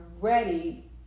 ready